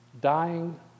Dying